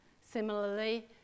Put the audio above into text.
Similarly